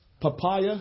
Papaya